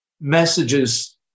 messages